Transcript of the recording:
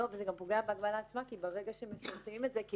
זה גם פוגע בהגבלה עצמה כי ברגע שמפרסמים את זה אז